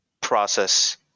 process